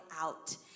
out